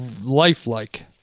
lifelike